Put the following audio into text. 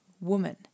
Woman